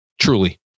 Truly